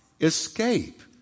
escape